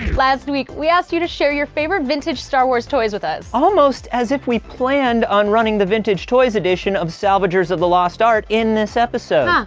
last week we asked you to share your favorite vintage star wars toys with us. almost as if we planned on running the vintage toys edition of salvagers of the lost art in this episode. huh.